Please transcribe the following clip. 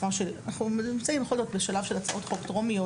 אנחנו נמצאים בכל זאת בשלב של הצעות חוק טרומיות